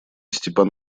степан